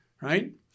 Right